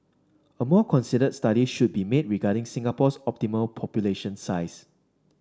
a more considered study should be made regarding Singapore's optimal population size